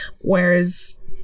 Whereas